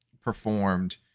performed